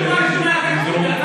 לקחו משהו מהתקציב?